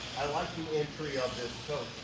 i like the interior of this